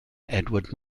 edward